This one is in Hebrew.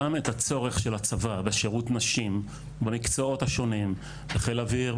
את הצורך של הצבא בשירות הנשים במקצועות השונים- בחיל האוויר,